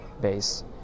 base